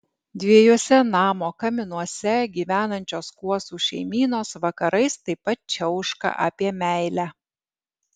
dviejuose namo kaminuose gyvenančios kuosų šeimynos vakarais taip pat čiauška apie meilę